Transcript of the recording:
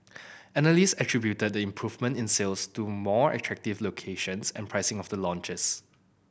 analyst attributed the improvement in sales to more attractive locations and pricing of the launches